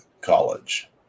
college